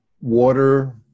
water